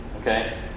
Okay